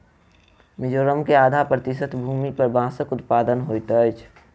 मिजोरम के आधा प्रतिशत भूमि पर बांसक उत्पादन होइत अछि